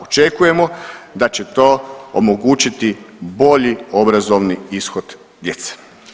Očekujemo da će to omogućiti bolji obrazovni ishod djece.